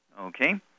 okay